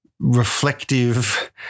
reflective